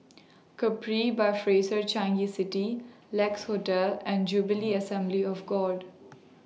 Capri By Fraser Changi City Lex Hotel and Jubilee Assembly of God